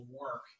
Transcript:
work